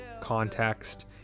context